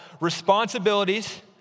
responsibilities